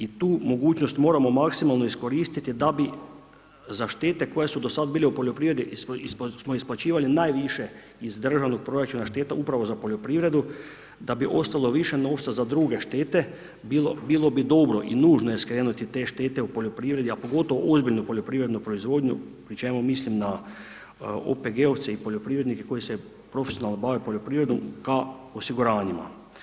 I tu mogućnost moramo maksimalno iskoristiti da bi za štete koje su do sad bile u poljoprivredi jer smo isplaćivali najviše iz državnog proračuna štete upravo za poljoprivredu da bi ostalo više novca za druge štete, bilo bi dobro i nužno je skrenuti te štete u poljoprivredi a pogotovo ozbiljnu poljoprivrednu proizvodnju pri čemu mislim na OPG-ovce i poljoprivrednike koji se profesionalne bave poljoprivredom ka osiguranjima.